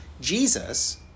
Jesus